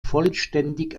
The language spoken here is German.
vollständig